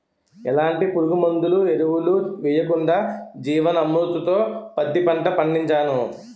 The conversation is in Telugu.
ఎలాంటి పురుగుమందులు, ఎరువులు యెయ్యకుండా జీవన్ అమృత్ తో పత్తి పంట పండించాను